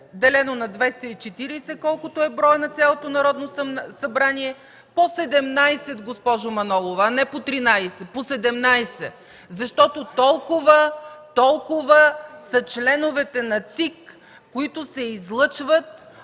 делено на 240, колкото е броят на цялото Народно събрание, умножено по 17”, госпожо Манолова, а не по 13, по 17, защото толкова са членовете на ЦИК, които се излъчват